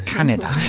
Canada